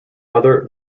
other